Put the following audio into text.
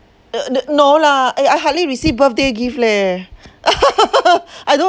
uh the no lah eh I hardly receive birthday gift leh I don't